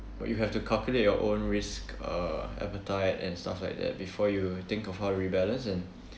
but you have to calculate your own risk uh appetite and stuff like that before you think of how rebalance and